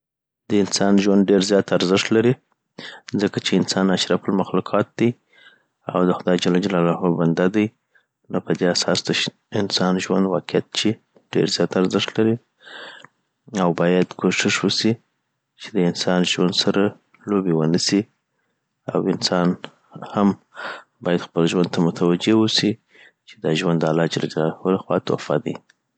د انسان ژوند ډېر زیات ارزښت لري ځکه چي انسان اشرف المخلوقات دي او د خدای ج بنده دي نو پدی اساس د انسان ژوند واقیعت چي ډیر زیات ارزښت لري. او باید کوښښ وسي چي د انسان د ژوند سره لوبې ونه سي او انسان هم باید خپل ژوند ته متوجه اوسی چی دا ژوند د الله ج لخوا تحفه دی